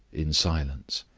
in silence.